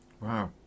Wow